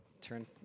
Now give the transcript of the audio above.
Turn